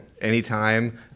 anytime